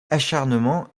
acharnement